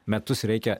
metus reikia